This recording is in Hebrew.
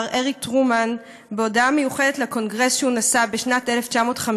הארי טרומן בהודעה מיוחדת לקונגרס שהוא נשא בשנת 1950: